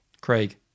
Craig